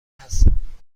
هستم